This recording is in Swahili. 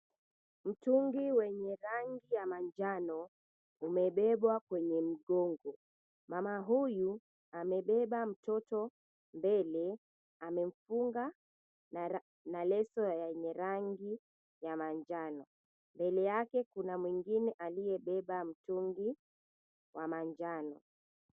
Mtungi wenye rangi ya manjano umebebwa kwenye mgongo. Mama huyu amebeba mtoto mbele, amemfunga na leso yenye rangi ya manjano. Mbele yake kuna mwingine aliyebeba mtungi wa manjano.